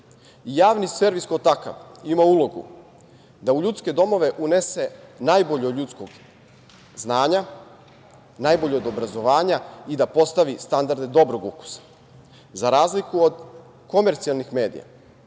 Javni servis kao takav ima ulogu da u ljudske domove unese najbolje od ljudskog znanja, najbolje od obrazovanja i da postavi standarde dobrog ukusa.Za razliku od komercijalnih medija,